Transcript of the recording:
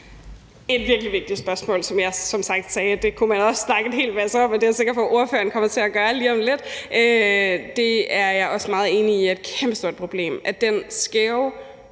et virkelig vigtigt spørgsmål, som jeg sagde man som sagt også kunne snakke en hel masse om, og det er jeg sikker på ordføreren kommer til at gøre lige om lidt. Det er jeg også meget enig i er et kæmpe stort problem, altså at den skæve